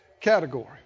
category